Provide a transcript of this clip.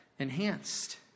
enhanced